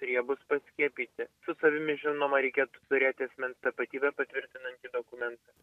ir jie bus paskiepyti su savimi žinoma reikėtų turėti asmens tapatybę patvirtinantį dokumentą